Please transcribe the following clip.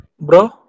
bro